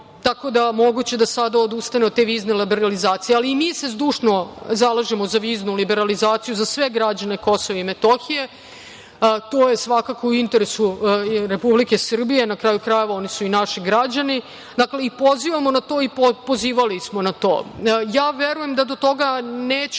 Tako da, moguće da sada odustane od te vizne liberalizacije. Mi se zdušno zalažemo za viznu liberalizaciju za sve građane KiM. To je svakako u interesu Republike Srbije, na kraju krajeva, oni su i naši građani. Pozivamo na to i pozivali smo na to. Verujem da to toga neće